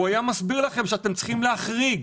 הוא היה מסביר לכם שאתם צריכים להחריג.